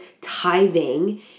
tithing